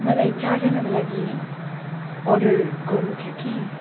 मलाई चारजनाको लागि अर्डर गर्नु थियो कि